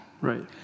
Right